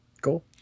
Cool